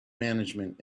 management